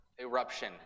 eruption